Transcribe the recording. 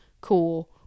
cool